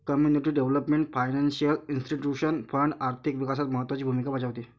community development financial institution fund आर्थिक विकासात महत्त्वाची भूमिका बजावते